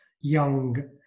young